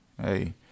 hey